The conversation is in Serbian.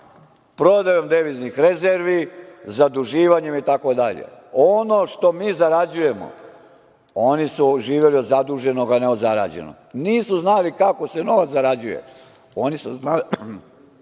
prodajom deviznih rezervi, zaduživanjem, itd. Ono što mi zarađujemo, oni su živeli od zaduženog a ne od zarađenog. Nisu znali kako se novac zarađuje, oni su znali